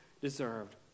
deserved